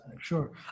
sure